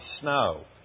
snow